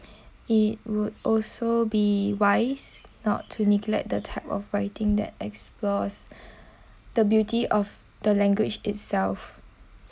it would also be wise not to neglect the type of writing that explores the beauty of the language itself